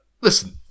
listen